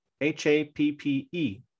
H-A-P-P-E